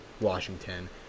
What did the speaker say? Washington